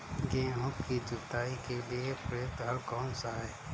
गेहूँ की जुताई के लिए प्रयुक्त हल कौनसा है?